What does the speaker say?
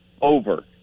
over